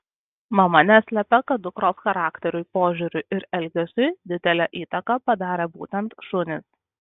mama neslepia kad dukros charakteriui požiūriui ir elgesiui didelę įtaką padarė būtent šunys